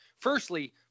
Firstly